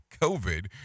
COVID